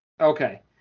Okay